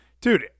dude